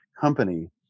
company